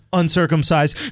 uncircumcised